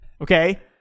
Okay